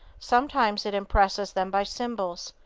sometimes it impresses them by symbols,